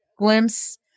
glimpse